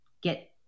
get